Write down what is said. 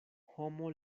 homo